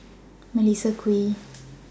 Melissa Kwee